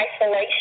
isolation